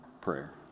prayer